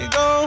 go